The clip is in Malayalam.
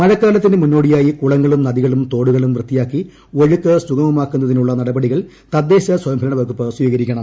മഴക്കാലത്തിനു മുന്നോടിയായി കുളങ്ങളും നദികളും തോടുകളും വൃത്തിയാക്കി ഒഴുക്കു സുഗമമാക്കുന്നതിനുള്ള നടപടികൾ തദ്ദേശസ്വയംഭരണ വകുപ്പ് സ്വീകരിക്കണം